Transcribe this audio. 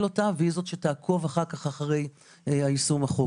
היא זו שתנהל אותה והיא זו שתעקוב אחר כך אחרי יישום החוק.